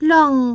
Long